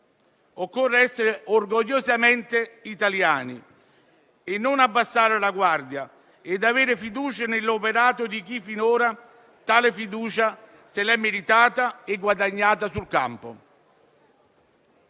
Occorre essere orgogliosamente italiani, non abbassare la guardia e avere fiducia nell'operato di chi finora tale fiducia se l'è meritata e guadagnata sul campo.